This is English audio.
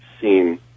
seen